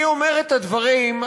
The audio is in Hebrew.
אני אומר את הדברים,